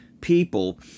people